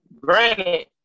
Granted